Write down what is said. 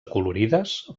acolorides